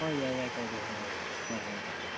ꯍꯣꯏ ꯌꯥꯏ ꯌꯥꯏ ꯀꯥꯏꯗꯦ ꯍꯣꯏ ꯍꯣꯏ ꯍꯣꯏ ꯍꯣꯏ ꯍꯣꯏ ꯍꯣꯏ